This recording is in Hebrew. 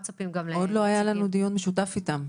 עוד לא היה לנו דיון משותף איתם.